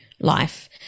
life